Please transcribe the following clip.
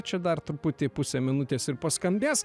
čia dar truputį pusę minutės ir paskambės